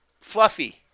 Fluffy